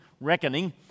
reckoning